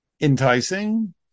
enticing